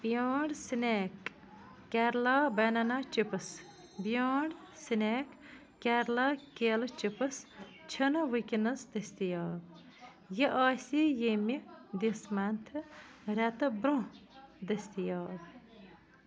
beyond snack Kerala banana chips beyond snack Kerala کیلہٕ chips چھُنہٕ وُکٮ۪نَس دٔستِیاب یہِ آسہِ ییٚمہِ دِس منتھٕ رٮ۪تہٕ برونٛہہ دٔستِیاب